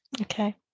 Okay